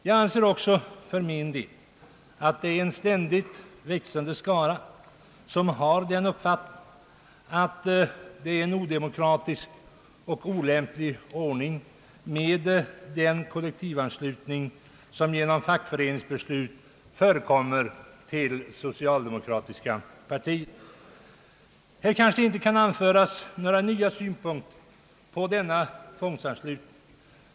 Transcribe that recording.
Jag anser också för min del att en ständigt växande skara har den uppfattningen, att den kollektivanslutning som genom fackföreningsbeslut förekommer till socialdemokratiska partiet är en odemokratisk och olämplig ordning. Här kan kanske inte anföras några nya synpunkter på denna tvångsanslutning.